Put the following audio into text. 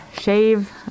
shave